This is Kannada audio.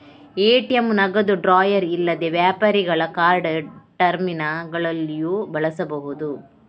ಎ.ಟಿ.ಎಂ ನಗದು ಡ್ರಾಯರ್ ಇಲ್ಲದೆ ವ್ಯಾಪಾರಿಗಳ ಕಾರ್ಡ್ ಟರ್ಮಿನಲ್ಲುಗಳಲ್ಲಿಯೂ ಬಳಸಬಹುದು